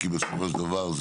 כי בסופו של דבר,